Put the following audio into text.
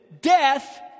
death